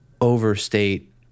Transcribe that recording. overstate